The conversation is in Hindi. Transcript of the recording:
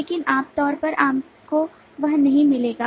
लेकिन आमतौर पर आपको वह नहीं मिलेगा